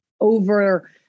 over